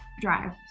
drive